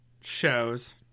shows